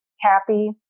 Happy